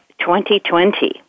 2020